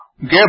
give